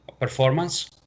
performance